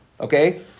Okay